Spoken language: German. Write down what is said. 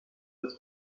des